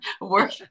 Work